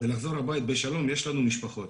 ולחזור לבית בשלום, יש לנו משפחות.